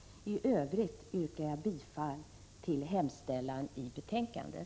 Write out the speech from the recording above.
I övrigt yrkar jag bifall till hemställan i betänkandet.